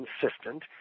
consistent